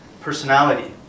personality